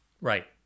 Right